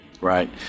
Right